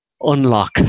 unlock